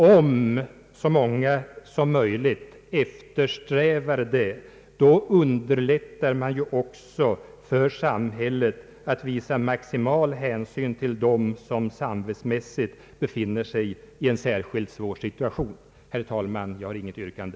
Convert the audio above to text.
Om så många som möjligt eftersträvar detta, underlättas samhällets möjligheter att visa maximal hänsyn till dem som samvetsmässigt befinner sig i en särskilt svår situation. Herr talman! Jag har inget yrkande.